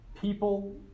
people